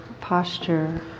posture